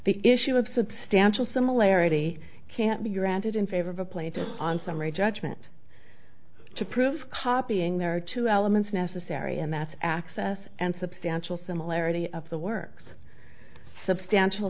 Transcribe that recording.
the issue of substantial similarity can't be granted in favor of a plate on summary judgment to prove copying there are two elements necessary and that access and substantial similarity of the works substantial